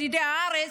ילידי הארץ,